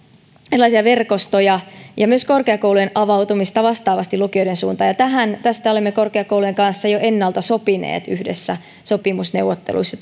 erilaisia verkostoja ja myös korkeakoulujen avautumista vastaavasti lukioiden suuntaan tästä olemme korkeakoulujen kanssa jo ennalta sopineet yhdessä sopimusneuvotteluissa